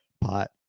pot